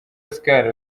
oscar